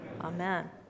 Amen